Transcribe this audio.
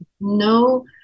no